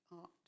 art